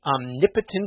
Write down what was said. omnipotent